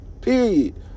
Period